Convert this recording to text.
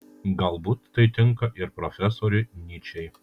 galbūt tai tinka ir profesoriui nyčei